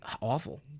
awful